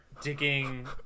digging